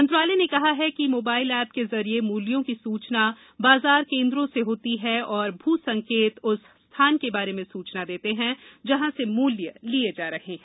मंत्रालय ने कहा है कि मोबाइल ऐप के जरिये मूल्यों की सूचना बाजार केंद्रों से होती है और भू संकेत उस स्थाजन के बारे में सूचना देते हैं जहां से मूल्य लिए जा रहे हैं